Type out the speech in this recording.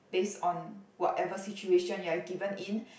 base on whatever situation you are given in